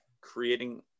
creating